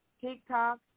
TikTok